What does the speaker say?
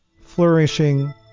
flourishing